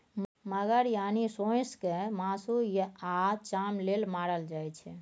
मगर यानी सोंइस केँ मासु आ चाम लेल मारल जाइ छै